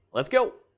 let's go.